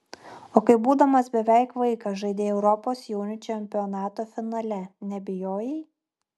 o kai būdamas beveik vaikas žaidei europos jaunių čempionato finale nebijojai